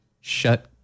shut